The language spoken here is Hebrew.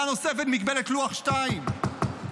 --- סימון.